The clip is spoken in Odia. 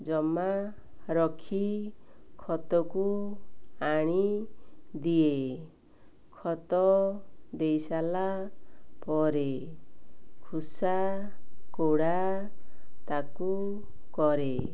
ଜମା ରଖି ଖତକୁ ଆଣି ଦିଏ ଖତ ଦେଇସାରିଲା ପରେ ଖୁସା କୋଡ଼ା ତାକୁ କରେ